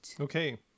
Okay